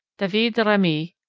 david de remy,